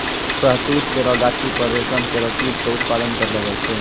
शहतूत केरो गाछी पर रेशम केरो कीट क उत्पादन करलो जाय छै